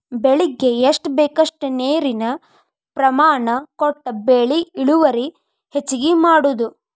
ಬೆಳಿಗೆ ಎಷ್ಟ ಬೇಕಷ್ಟ ನೇರಿನ ಪ್ರಮಾಣ ಕೊಟ್ಟ ಬೆಳಿ ಇಳುವರಿ ಹೆಚ್ಚಗಿ ಮಾಡುದು